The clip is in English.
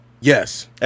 Yes